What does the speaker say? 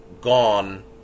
gone